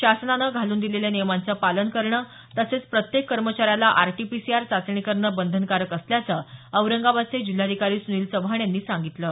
शासनाने घालून दिलेल्या नियमांचं पालन करणं तसंच प्रत्येक कर्मचाऱ्याला आरटीपीसीआर चाचणी करणं बंधनकारक असल्याच औरंगाबादचे जिल्हाधिकारी सुनिल चव्हाण यांनी सांगितलं आहे